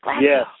Yes